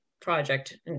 project